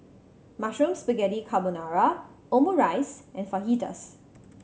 Mushroom Spaghetti Carbonara Omurice and Fajitas